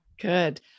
Good